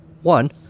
One